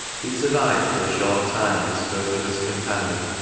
he survived for a short time this virtuous companion.